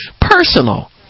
personal